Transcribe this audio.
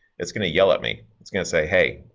it's going to yell at me. it's gonna say, hey,